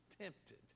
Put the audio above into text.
tempted